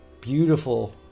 beautiful